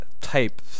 type